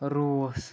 روٗس